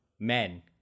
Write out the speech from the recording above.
Men